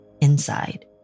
inside